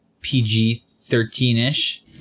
PG-13-ish